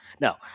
no